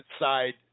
side